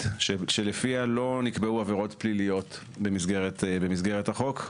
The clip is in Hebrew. שלפיה לא נקבעו עבירות פליליות במסגרת החוק,